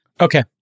okay